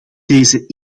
deze